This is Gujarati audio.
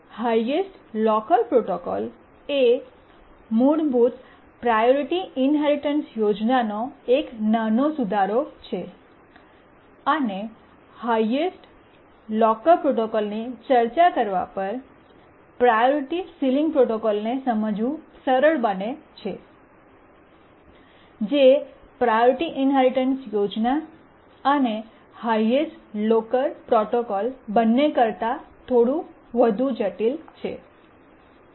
હાયેસ્ટ લોકર પ્રોટોકોલ એ મૂળભૂત પ્રાયોરિટી ઇન્હેરિટન્સ યોજનાનો એક નાનો સુધારો છે અને હાયેસ્ટ લોકર પ્રોટોકોલની ચર્ચા કરવા પર પ્રાયોરિટી સીલીંગ પ્રોટોકોલને સમજવું સરળ બને છે જે પ્રાયોરિટી ઇન્હેરિટન્સ યોજના અને હાયેસ્ટ લોકર પ્રોટોકોલ બંને કરતાં થોડી વધુ જટિલ છે